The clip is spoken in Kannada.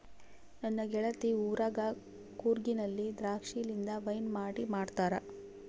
ನನ್ನ ಗೆಳತಿ ಊರಗ ಕೂರ್ಗಿನಲ್ಲಿ ದ್ರಾಕ್ಷಿಲಿಂದ ವೈನ್ ಮಾಡಿ ಮಾಡ್ತಾರ